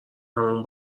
هممون